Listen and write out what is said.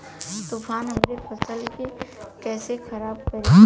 तूफान हमरे फसल के कइसे खराब करी?